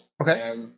Okay